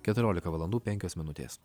keturiolika valandų penkios minutės